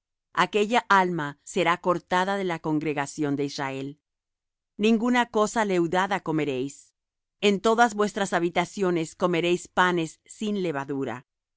aquella alma será cortada de la congregación de israel ninguna cosa leudada comeréis en todas vuestras habitaciones comeréis panes sin levadura